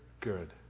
good